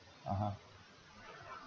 (uh huh)